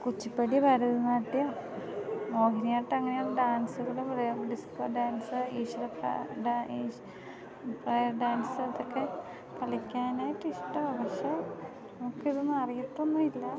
കുച്ചിപ്പിടി ഭരതനാട്യം മോഹിനിയാട്ടം അങ്ങനെയ ഡാൻസുകൾ disco dance ഈശ്വര prayer dance അതൊക്കെ കളിക്കാനായിട്ട് ഇഷ്ടമാ പക്ഷെ നമുക്കിതൊന്നും അറിയത്തൊന്നും ഇല്ല